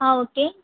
ஆ okay